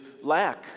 lack